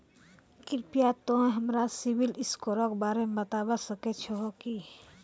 कृपया तोंय हमरा सिविल स्कोरो के बारे मे बताबै सकै छहो कि?